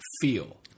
feel